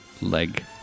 leg